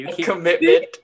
Commitment